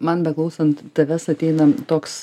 man beklausant tavęs ateina toks